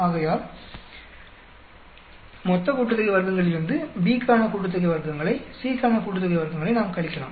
ஆகையால் மொத்த கூட்டுத்தொகை வர்க்கங்களிலிருந்து B க்கான கூட்டுத்தொகை வர்க்கங்களை C க்கான கூட்டுத்தொகை வர்க்கங்களை நாம் கழிக்கலாம்